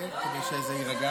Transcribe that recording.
נחכה שנייה, כדי שזה יירגע.